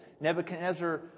Nebuchadnezzar